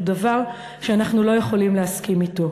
הוא דבר שאנחנו לא יכולים להסכים אתו.